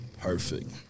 Perfect